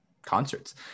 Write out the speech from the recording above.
concerts